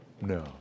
No